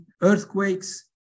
earthquakes